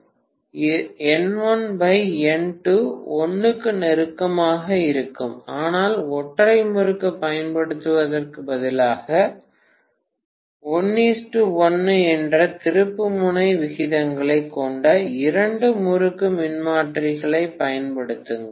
N1 N2 1 க்கு நெருக்கமாக இருக்கும் ஆனால் ஒற்றை முறுக்கு பயன்படுத்துவதற்கு பதிலாக 1 1 என்ற திருப்புமுனை விகிதங்களைக் கொண்ட இரண்டு முறுக்கு மின்மாற்றிகளைப் பயன்படுத்துங்கள்